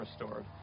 restored